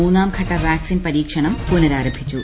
മൂന്നാം ഘട്ട വാക്സിൻ പരീക്ഷണം പുനഃരാരംഭിച്ചു